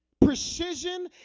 precision